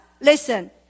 listen